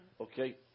Okay